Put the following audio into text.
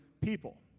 people